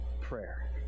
prayer